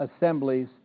Assemblies